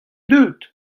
deuet